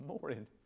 morning